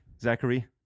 Zachary